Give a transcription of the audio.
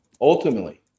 ultimately